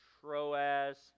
Troas